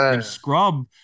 scrub